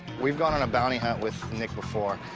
we've gone on a bounty hunt with nick before.